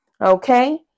okay